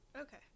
Okay